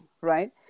right